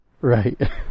Right